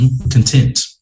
content